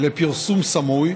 לפרסום סמוי,